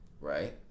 Right